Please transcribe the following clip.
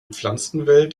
pflanzenwelt